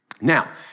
Now